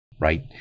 Right